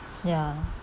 ya